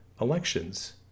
elections